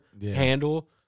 handle